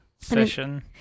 session